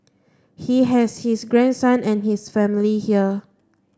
he has his grandson and his family here